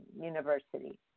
university